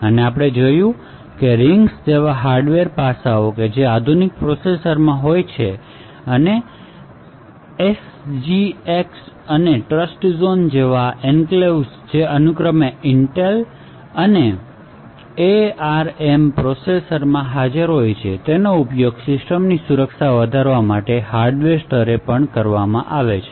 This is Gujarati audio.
અને આપણે જોયું કે રિંગ્સ જેવા હાર્ડવેર પાસાઓ જે આધુનિક પ્રોસેસરો માં હોય છે તે અને એસજીએક્સ અને ટ્રસ્ટઝોન જેવા એન્ક્લેવ્સમાં જે અનુક્રમે ઇન્ટેલ અને એઆરએમ પ્રોસેસરો માં હાજર છે તેનો ઉપયોગ સિસ્ટમની સુરક્ષા વધારવા માટે હાર્ડવેર સ્તરે કરવામાં આવે છે